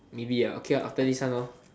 maybe okay after this one